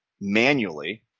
manually